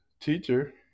teacher